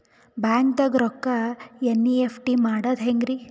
ಬ್ಯಾಂಕ್ದಾಗ ರೊಕ್ಕ ಎನ್.ಇ.ಎಫ್.ಟಿ ಮಾಡದ ಹೆಂಗ್ರಿ?